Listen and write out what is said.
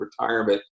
retirement